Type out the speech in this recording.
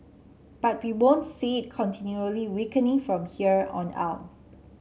but we won't see it continually weakening from here on out